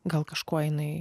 gal kažko jinai